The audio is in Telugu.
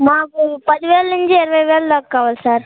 మాకు పదివేల నుంచి ఇరవై వేలుదాకా కావాలి సార్